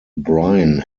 brian